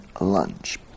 lunch